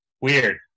weird